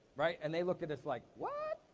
right? and they looked at us like what?